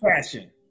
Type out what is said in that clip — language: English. fashion